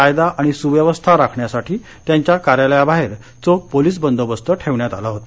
कायदा आणि सुव्यवस्था राखण्यासाठी त्यांच्या कार्यालयाबाहेर चोख पोलीस बंदोबस्त ठेवण्यात आला होता